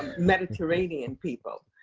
mediterranean people,